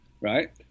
right